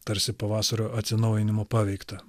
tarsi pavasario atsinaujinimo paveiktą